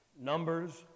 Numbers